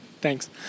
Thanks